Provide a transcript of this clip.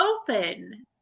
open